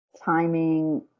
timing